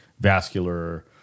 vascular